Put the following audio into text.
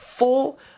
Full